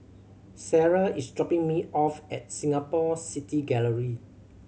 Sarrah is dropping me off at Singapore City Gallery